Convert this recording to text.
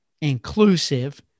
inclusive